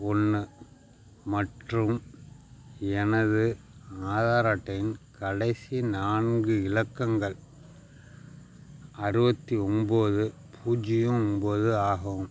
ஒன்று மற்றும் எனது ஆதார் அட்டையின் கடைசி நான்கு இலக்கங்கள் அறுபத்தி ஒன்போது பூஜ்ஜியம் ஒன்போது ஆகும்